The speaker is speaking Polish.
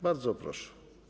Bardzo proszę.